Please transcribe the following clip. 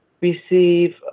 Receive